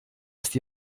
ist